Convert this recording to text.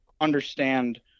understand